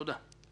תודה.